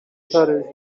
تره